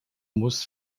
muss